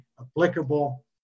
applicable